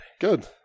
good